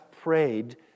prayed